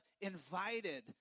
invited